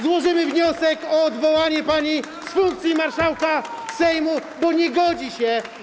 Złożymy wniosek o odwołanie pani z funkcji marszałka Sejmu, bo nie godzi się.